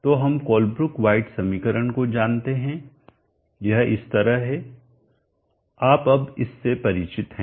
तो हम Colebrook White समीकरण को जानते हैं यह इस तरह है आप अब इससे परिचित हैं